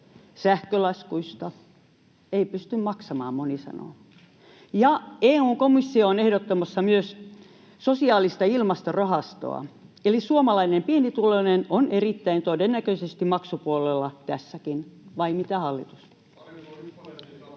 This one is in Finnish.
sähkölaskuista? Ei pysty maksamaan, moni sanoo. EU:n komissio on ehdottamassa myös sosiaalista ilmastorahastoa, eli suomalainen pienituloinen on erittäin todennäköisesti maksupuolella tässäkin, vai mitä, hallitus?